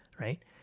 right